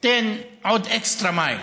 תן עוד extra mile,